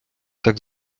так